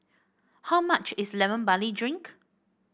how much is Lemon Barley Drink